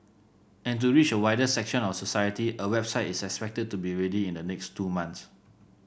and to reach a wider section of society a website is expected to be ready in the next two months